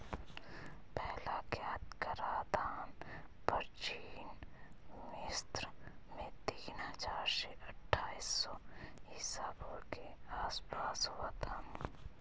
पहला ज्ञात कराधान प्राचीन मिस्र में तीन हजार से अट्ठाईस सौ ईसा पूर्व के आसपास हुआ था